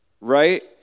right